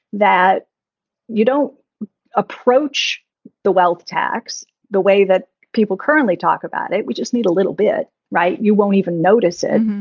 that you don't approach the wealth tax the way that people currently talk about it. we just need a little bit. right. you won't even notice it.